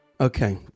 Okay